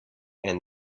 and